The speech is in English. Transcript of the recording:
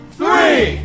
three